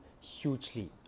hugely